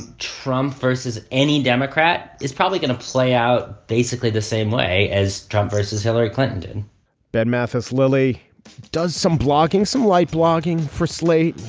and trump versus any democrat is probably going to play out basically the same way as trump versus hillary clinton did ben mathes, lily does some blogging, some light blogging for slate.